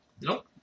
Nope